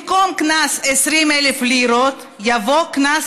במקום 'קנס 20,000 לירות' יבוא 'קנס